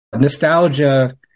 Nostalgia